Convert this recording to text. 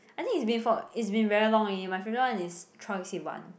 I think it's been for it's been very long already my favourite one is Troye Sivan